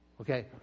okay